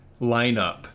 lineup